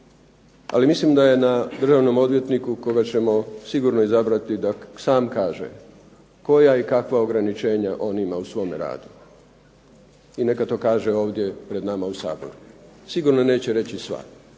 ali mislim da je na državnom odvjetniku kojeg ćemo sigurno izabrati da sam kaže koja i kakva ograničenja on ima u svome radu i neka to kaže ovdje pred nama u Saboru. Sigurno neće reći sva,